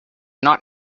not